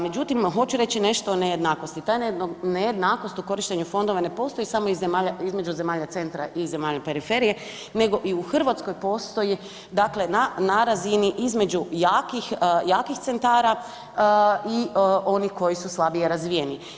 Međutim, hoću reći nešto o nejednakost, ta nejednakost u korištenju fondova ne postoji samo između zemalja centra i zemalja periferije nego i u Hrvatskoj postoji na razini između jakih centara i oni koji su slabije razvijeni.